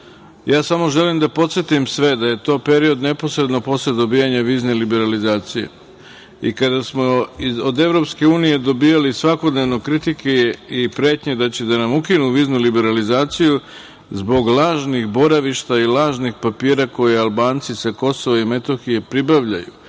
samo želim da podsetim sve da je to period neposredno posle dobijanja vizne liberalizacije. Kada smo od EU dobijali svakodnevno kritike i pretnje da će da nam ukinu viznu liberalizaciju zbog lažnih boravišta i lažnih papira koje Albanci sa KiM pribavljaju,